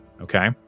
okay